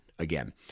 Again